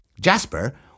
Jasper